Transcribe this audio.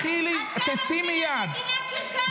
אתם עושים למדינה קרקס, לא אנחנו.